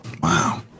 Wow